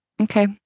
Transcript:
Okay